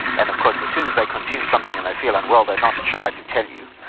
and of course as soon as they consume something and they feel unwell they are not shy to tell you.